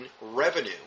revenue